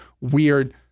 weird